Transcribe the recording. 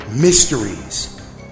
Mysteries